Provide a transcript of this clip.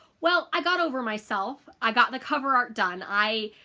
well i got over myself, i got the cover art done. i